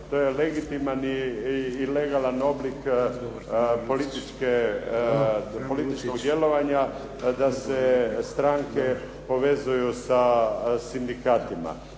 To je legitiman i legalan oblik političkog djelovanja da se stranke povezuju sa sindikatima.